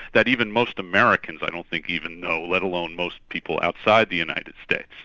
that even most americans i don't think even know, let alone most people outside the united states.